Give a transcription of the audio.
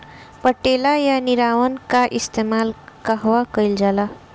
पटेला या निरावन का इस्तेमाल कहवा कइल जाला?